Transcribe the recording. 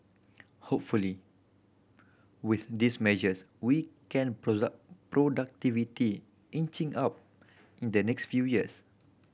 hopefully with these measures we can productivity inching up in the next few years